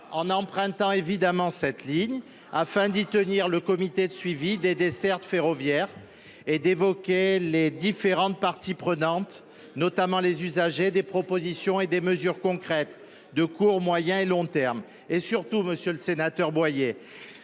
j’emprunterai évidemment cette ligne !– afin d’y tenir un comité de suivi des dessertes ferroviaires et d’évoquer à l’intention des différentes parties prenantes, notamment des usagers, des propositions et des mesures concrètes de court, de moyen et de long terme. Surtout, monsieur le sénateur Boyer,